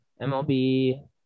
MLB